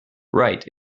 right